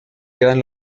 quedan